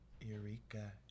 Eureka